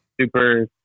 Super